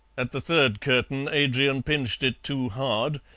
at the third curtain adrian pinched it too hard,